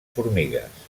formigues